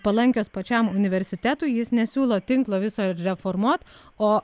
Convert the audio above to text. palankios pačiam universitetui jis nesiūlo tinklo viso reformuot o